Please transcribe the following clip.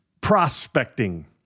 prospecting